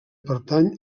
pertany